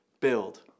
build